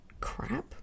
crap